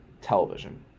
television